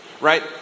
right